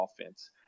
offense